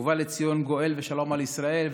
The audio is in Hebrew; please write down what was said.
ובא לציון גואל ושלום על ישראל,